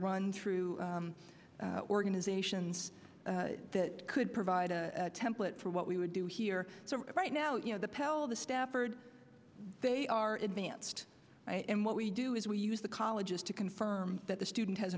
run through organizations that could provide a template for what we would do here so right now you know the pell the stafford they are advanced and what we do is we use the colleges to confirm that the student has